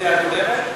מהקדנציה הקודמת?